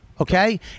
okay